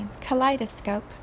Kaleidoscope